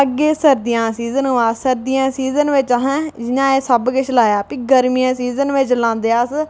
अग्गें सर्दियां दा सीज़न आवा दा सर्दियें दे सीज़न बिच असें जि'यां एह् असें सबकिश लाया भी ग्रमियें दे सीज़न बिच लांदे अस